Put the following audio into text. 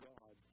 God